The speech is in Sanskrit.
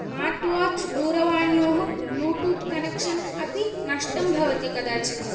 स्मार्ट् वाच् दूरवाण्योः ब्लुटूथ् कनेक्शन् अपि नष्टं भवति कदाचित्